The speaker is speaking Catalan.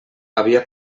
havia